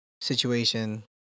situation